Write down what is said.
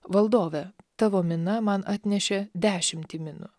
valdove tavo mina man atnešė dešimtį minų